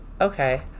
Okay